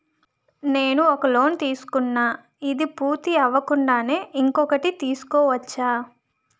నేను ఒక లోన్ తీసుకున్న, ఇది పూర్తి అవ్వకుండానే ఇంకోటి తీసుకోవచ్చా?